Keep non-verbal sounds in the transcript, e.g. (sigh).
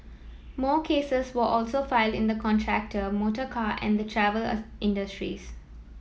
more cases were also filed in the contractor motorcar and the travel (hesitation) industries